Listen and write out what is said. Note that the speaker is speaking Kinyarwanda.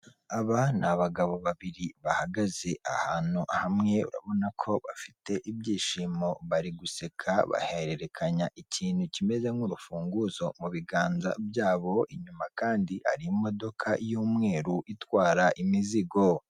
Aba ni abagabo babiri bahagaze ahantu hamwe babona ko bafite ibyishimo bari guseka bahererekanya ikintu kimeze nk'urufunguzo mu biganza byabo, inyuma kandi hari imodoka y'umweru itwara imizigo.